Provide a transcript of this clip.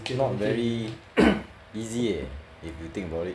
not very easy eh if you think about it